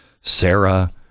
Sarah